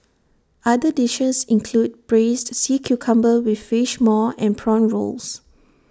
other dishes include Braised Sea Cucumber with Fish Maw and Prawn Rolls